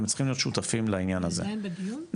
הם צריכים להיות שותפים לעניין הזה,